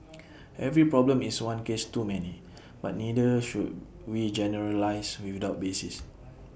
every problem is one case too many but neither should we generalise without basis